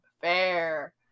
fair